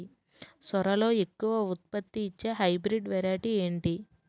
సోరలో ఎక్కువ ఉత్పత్తిని ఇచే హైబ్రిడ్ వెరైటీ ఏంటి?